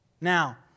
Now